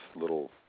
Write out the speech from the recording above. little